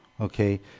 okay